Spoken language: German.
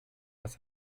was